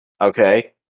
Okay